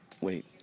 Wait